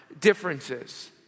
differences